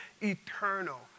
eternal